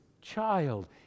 child